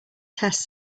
test